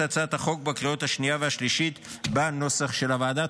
הצעת החוק בקריאות השנייה והשלישית בנוסח של הוועדה.